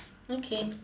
okay